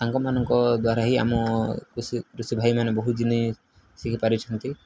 ସାଙ୍ଗମାନଙ୍କ ଦ୍ୱାରା ହିଁ ଆମ କୃଷି ଭାଇମାନେ ବହୁତ ଜିନିଷ ଶିଖି ପାରୁଛନ୍ତି